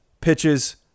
pitches